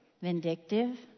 vindictive